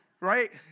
Right